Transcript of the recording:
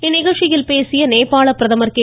இந்நிகழ்ச்சியில் பேசிய நேபாள பிரதமர் கே